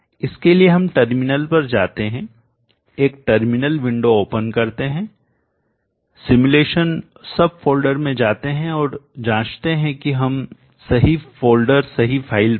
इसके लिए हम टर्मिनल पर जाते हैं एक टर्मिनल विंडो ओपन करते हैं सिमुलेशन सबफ़ोल्डर में जाते हैं और जाँचते हैं कि हम सही फ़ोल्डर सही फाइल पर हैं